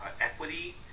equity